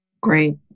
Great